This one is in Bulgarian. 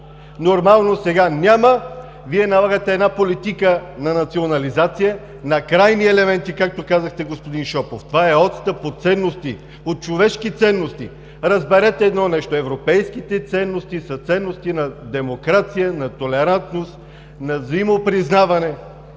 Нормално сега няма. Вие налагате една политика на национализация, на крайни елементи, както казахте, господин Шопов. Това е отстъп от ценности, от човешки ценности. Разберете едно нещо – европейските ценности са ценности на демокрация, на толерантност, на взаимно признаване.